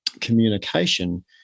communication